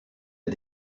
est